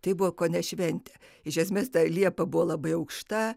tai buvo kone šventė iš esmės ta liepa buvo labai aukšta